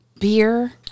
beer